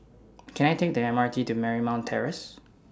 Can I Take The M R T to Marymount Terrace